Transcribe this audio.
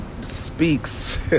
speaks